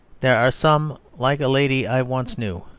there are some, like a lady i once knew,